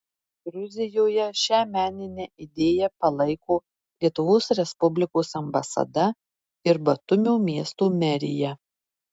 gruzijoje šią meninę idėją palaiko lietuvos respublikos ambasada ir batumio miesto merija